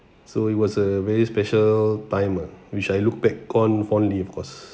so it was a very special time ah which I look back on fondly of course